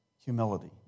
humility